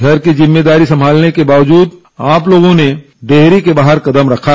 घर की जिम्मेदारी संमालने के बावजद आप लोगों ने डेहरी के बाहर कदम रखा